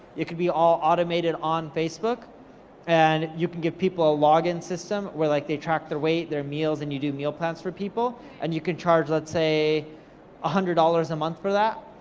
it could be all automated on facebook and you can give people a loggin system, where like they track their weight, their meals, and you do meal plans for people, and you can charge them, let's say a hundred dollars a month for that.